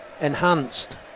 enhanced